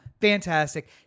fantastic